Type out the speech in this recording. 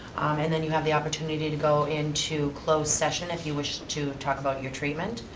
and then you have the opportunity to go into closed session, if you wish to talk about your treatment.